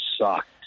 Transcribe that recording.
sucked